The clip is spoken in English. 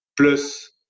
plus